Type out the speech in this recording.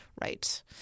right